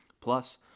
Plus